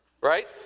Right